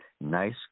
nice